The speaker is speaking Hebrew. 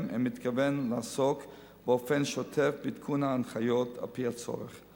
ומתכוון לעסוק באופן שוטף בעדכון ההנחיות על-פי הצורך.